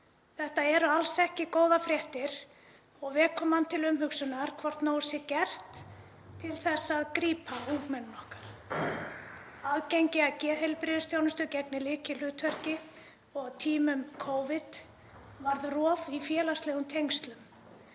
Þetta eru alls ekki góðar fréttir og vekja mann til umhugsunar hvort nóg sé gert til þess að grípa ungmennin okkar. Aðgengi að geðheilbrigðisþjónustu gegnir lykilhlutverki og á tímum Covid varð rof í félagslegum tengslum,